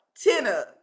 Tina